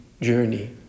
journey